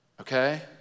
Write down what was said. Okay